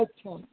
अच्छा